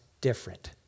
different